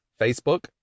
Facebook